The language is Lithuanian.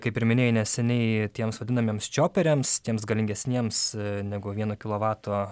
kaip ir minėjai neseniai tiems vadinamiems čioperiams tiems galingesniems negu vieno kilovato